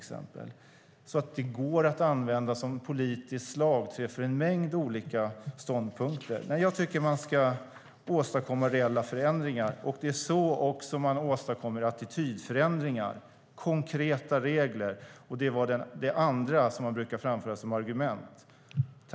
Det går att använda detta som politiskt slagträ för en mängd olika ståndpunkter, men jag tycker att man ska åstadkomma reella förändringar. Det är också så man åstadkommer attitydförändringar, konkreta regler. Det är det andra som jag brukar framföra som argument.